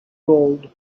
gold